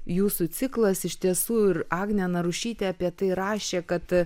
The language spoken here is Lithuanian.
jūsų ciklas iš tiesų ir agnė narušytė apie tai rašė kad